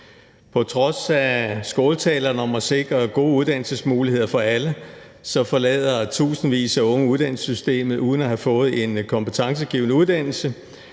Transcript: På trods af skåltalerne om at sikre gode uddannelsesmuligheder for alle forlader tusindvis af unge uddannelsessystemet uden at have fået en kompetencegivende uddannelse,